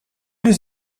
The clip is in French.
les